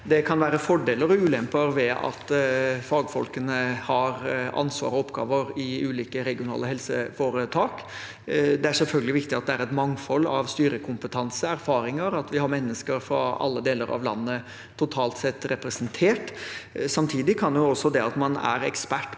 Det kan være fordeler og ulemper ved at fagfolkene har ansvar og oppgaver i ulike regionale helseforetak. Det er selvfølgelig viktig at det er et mangfold av styrekompetanse og erfaringer, og at vi har mennesker fra totalt sett alle deler av landet representert. Samtidig kan også det at man er ekspert